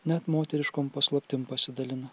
net moteriškom paslaptim pasidalina